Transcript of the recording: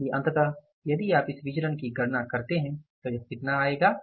इसलिए अंततः यदि आप इस विचरण की गणना करते हैं तो यह कितना आएगा